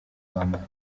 w’amazi